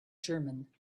german